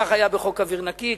כך היה בחוק אוויר נקי,